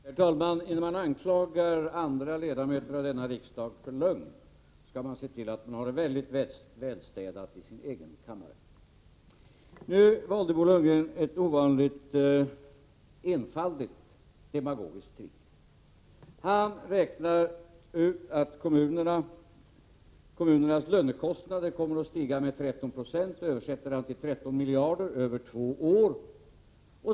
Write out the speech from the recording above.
Herr talman! Innan man anklagar andra ledamöter av denna riksdag för lögn skall man se till att ha det mycket välstädat i sin egen kammare. Nu valde Bo Lundgren ett ovanligt enfaldigt demagogiskt trick. Han räknar ut att kommunernas lönekostnader kommer att stiga med 13 22, och det översätter han till 13 miljarder över två år.